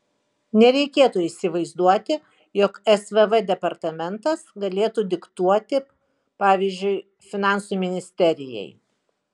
nereikėtų įsivaizduoti jog svv departamentas galėtų diktuoti pavyzdžiui finansų ministerijai